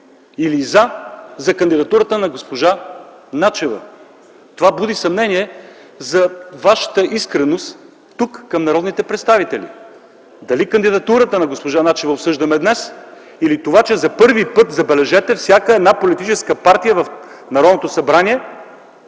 или за кандидатурата на госпожа Начева. Това буди съмнение за вашата искреност към народните представители. Дали кандидатурата на госпожа Начева обсъждаме днес или това, че за първи път, забележете, всяка политическа партия в Народното събрание